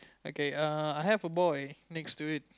okay err I have a boy next to it